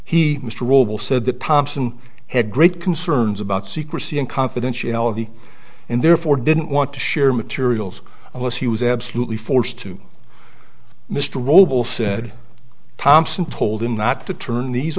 mr robel said that pops in had great concerns about secrecy and confidentiality and therefore didn't want to share materials unless he was absolutely forced to mr robel said thompson told him not to turn these